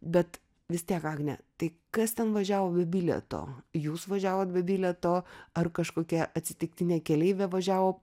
bet vis tiek agne tai kas ten važiavo be bilieto jūs važiavot be bilieto ar kažkokia atsitiktinė keleivė važiavo